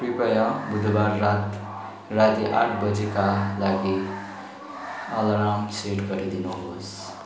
कृपया बुधबार रात राति आठ बजेका लागि आलार्म सेट गरिदिनुहोस्